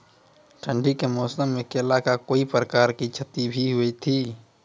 ठंडी के मौसम मे केला का कोई प्रकार के क्षति भी हुई थी?